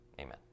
Amen